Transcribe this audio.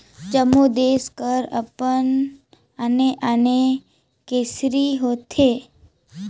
जम्मो देस कर अपन आने आने करेंसी होथे